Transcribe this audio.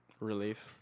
relief